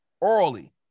orally